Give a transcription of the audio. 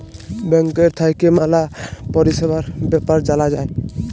ব্যাংকের থাক্যে ম্যালা পরিষেবার বেপার জালা যায়